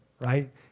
right